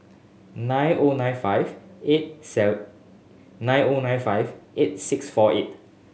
nine O nine five eight nine O nine five eight six four eight